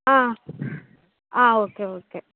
ஆ ஆ okay okay